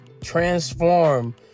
transform